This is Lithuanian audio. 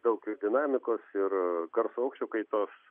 daug dinamikos ir garso aukščio kaitos